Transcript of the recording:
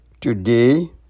Today